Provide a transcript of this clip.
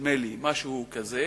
נדמה לי, משהו כזה.